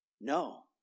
No